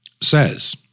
says